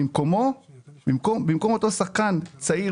במקום אותו שחקן צעיר,